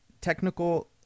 technical